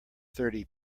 thirty